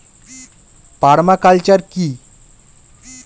Parma culture কি?